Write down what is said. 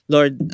Lord